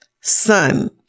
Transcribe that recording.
Son